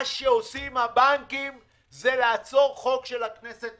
מה שעושים הבנקים זה לעצור חוק של הכנסת,